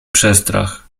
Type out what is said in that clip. przestrach